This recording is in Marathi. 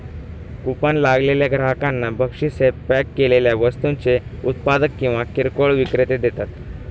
कुपन लागलेल्या ग्राहकांना बक्षीस हे पॅक केलेल्या वस्तूंचे उत्पादक किंवा किरकोळ विक्रेते देतात